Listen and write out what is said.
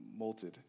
molted